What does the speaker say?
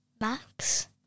Max